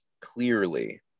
clearly